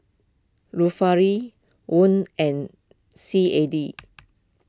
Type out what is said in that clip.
Won and C A D